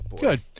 Good